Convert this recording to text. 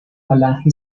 falange